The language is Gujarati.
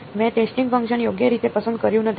મેં ટેસ્ટિંગ ફંકશન યોગ્ય રીતે પસંદ કર્યું નથી